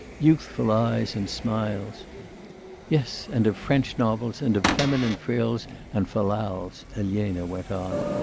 youthful eyes and smiles yes and of french novels, and of feminine frills and fal-lals elena went on.